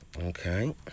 Okay